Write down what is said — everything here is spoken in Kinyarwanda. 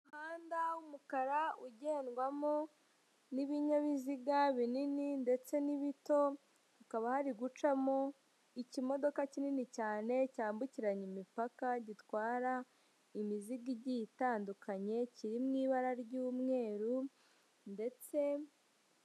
Umuhanda w'umukara ugendwamo n'ibinyabiziga binini ndetse n'ibito hakaba hari gucamo ikimodoka kinini cyane cyambukiranya imipaka gitwara imizigo igiye itandukanye kiri mu ibara ry'umweru ndetse